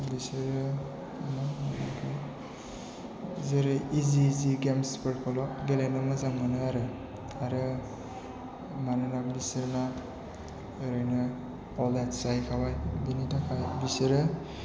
बिसोरो जेरै इजि इजि गेम्सफोरखौल' गेलेनो मोजां मोनो आरो मानोना बिसोरा ओरैनो अल्ड एज जाहैखाबाय बिनि थाखाय बिसोरो